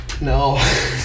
No